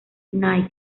knight